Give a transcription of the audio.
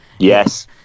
Yes